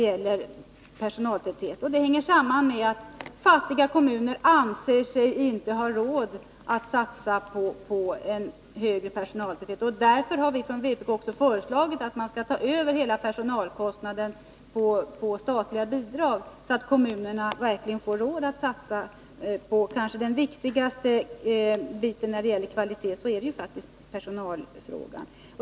Det hänger samman med att fattiga kommuner inte anser sig ha råd att satsa på en högre personaltäthet. Därför har vpk också föreslagit att man skall få statliga bidrag till hela personalkostnaden, så att kommunerna verkligen får råd att satsa på personalen. Det viktigaste när det gäller kvaliteten på barnstugorna är faktiskt personalfrågan.